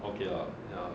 okay lah ya